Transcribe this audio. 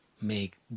make